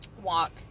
walk